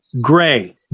gray